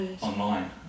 online